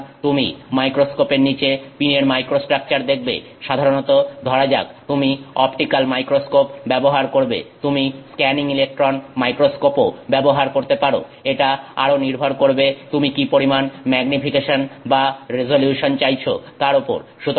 সুতরাং তুমি মাইক্রোস্কোপের নিচে পিনের মাইক্রোস্ট্রাকচার দেখবে সাধারণত ধরা যাক তুমি অপটিক্যাল মাইক্রোস্কোপ ব্যবহার করবে তুমি স্ক্যানিং ইলেকট্রন মাইক্রোস্কোপ ও ব্যবহার করতে পারো এটা আরো নির্ভর করবে তুমি কি পরিমান ম্যাগনিফিকেশন বা রেজোলিউশন চাইছো তার ওপর